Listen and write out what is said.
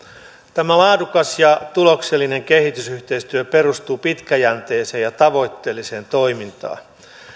tämä laadukas ja tuloksellinen kehitysyhteistyö perustuu pitkäjänteiseen ja tavoitteelliseen toimintaan